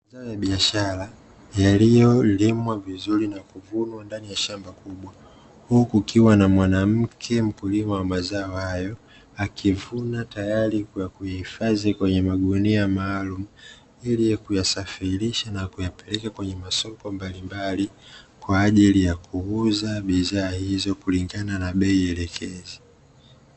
Mazao ya biashara yaliyolimwa vizuri na kuvunwa ndani ya shamba kubwa, huku kukiwa na mwanamke mkulima wa mazao hayo akivuna, tayari kwa kuhifadhi kwenye magunia maalumu, ili kuyasafirisha na kuyapeleka kwenye masoko mbalimbali, kwa ajili ya kuuza bidhaa hizo kulingana na bei elekezi.